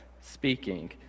speaking